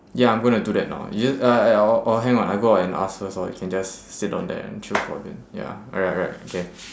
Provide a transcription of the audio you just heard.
ya I'm going to do that now you just uh I or or hang on I go out and ask first lor you can just sit down there and chill for a bit ya alright alright okay